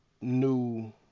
new